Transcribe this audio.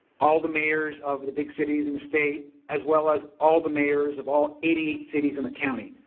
all the mayors of the big cities in the state as well as all the mayors of all eighty eight cities in the county,